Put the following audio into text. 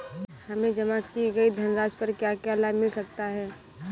हमें जमा की गई धनराशि पर क्या क्या लाभ मिल सकता है?